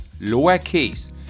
lowercase